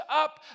up